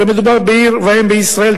אלא מדובר בעיר ואם בישראל,